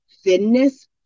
thinness